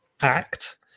ACT